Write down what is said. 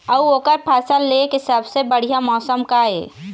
अऊ ओकर फसल लेय के सबसे बढ़िया मौसम का ये?